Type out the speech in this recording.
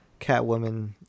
Catwoman